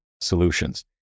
solutions